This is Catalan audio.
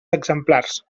exemplars